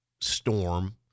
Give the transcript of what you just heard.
storm